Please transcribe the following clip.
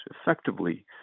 effectively